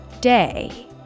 day